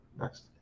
Next